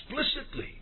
explicitly